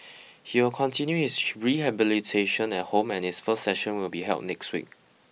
he'll continue his rehabilitation at home and his first session will be held next week